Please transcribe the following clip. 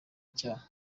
icyaha